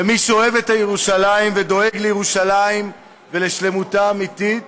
ומי שאוהב את ירושלים ודואג לירושלים ולשלמותה האמיתית,